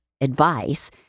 advice